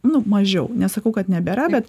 nu mažiau nesakau kad nebėra bet